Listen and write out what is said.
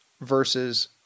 versus